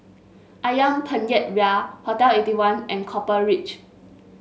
ayam Penyet Ria Hotel Eighty one and Copper Ridge